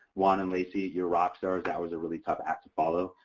juan and lacy, you are rock stars. that was a really tough act to follow.